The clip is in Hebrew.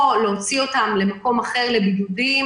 כגון: להוציא למקום אחר לבידודים,